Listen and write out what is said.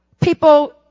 people